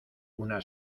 una